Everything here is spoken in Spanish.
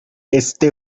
este